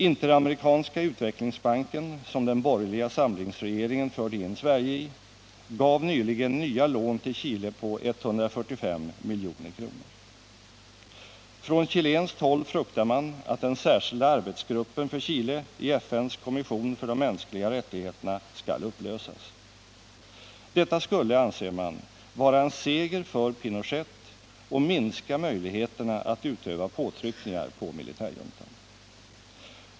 Interamerikanska utvecklingsbanken, som den borgerliga samlingsregeringen förde in Sverige i, gav nyligen nya lån till Chile på 145 milj.kr. Från chilenskt håll fruktar man att den särskilda arbetsgruppen för Chile i FN:s kommission för de mänskliga rättigheterna skall upplösas. Detta skulle, anser man, vara en seger för Pinochet och minska möjligheterna att utöva påtryckningar på militärjuntan.